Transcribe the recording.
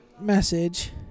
message